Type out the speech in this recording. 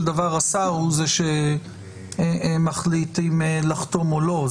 דבר השר הוא זה שמחליט אם לחתום או לא.